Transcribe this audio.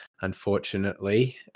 unfortunately